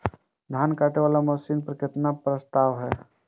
धान काटे वाला मशीन पर केतना के प्रस्ताव हय?